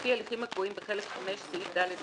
לפי ההליכים הקבועים בחלק V, סעיף ד לתקן,